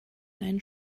einen